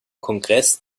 kongress